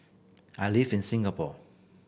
I live in Singapore